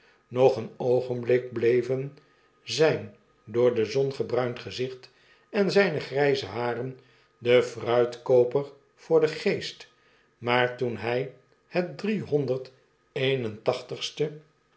nog een oogenblik blev'en zfln door de zon gebruind gezicht en zijne gryze haren den fruitkooper voor den geest maar toen hy het driehonderd eenentachtigste